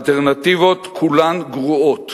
האלטרנטיבות כולן גרועות.